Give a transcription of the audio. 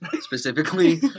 specifically